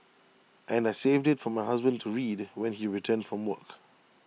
and I saved IT for my husband to read when he returned from work